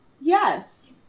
Yes